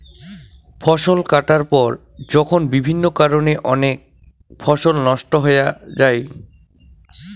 ফসল কাটার পর যখন বিভিন্ন কারণে অনেক ফসল নষ্ট হয়া যাই